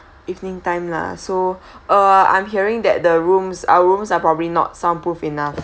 evening time lah so uh I'm hearing that the rooms our rooms are probably not sound proof enough